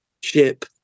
ship